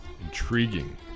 Intriguing